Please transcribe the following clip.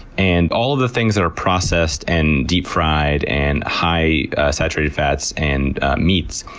and all the thing that are processed, and deep fried, and high saturated fats, and meats.